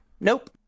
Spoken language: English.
Nope